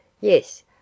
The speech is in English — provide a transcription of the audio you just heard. Yes